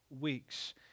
weeks